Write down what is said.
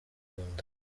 imbunda